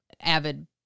avid